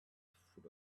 full